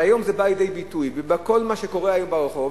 והיום זה בא לידי ביטוי בכל מה שקורה היום ברחוב,